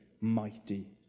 mighty